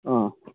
ꯑꯥ